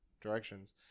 directions